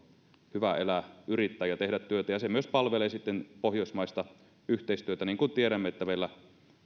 hyvä elää yrittää ja tehdä työtä se palvelee myös pohjoismaista yhteistyötä niin kuin tiedämme niin meillä